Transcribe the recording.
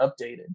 updated